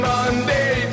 Monday